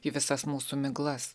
į visas mūsų miglas